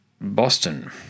Boston